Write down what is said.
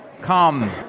Come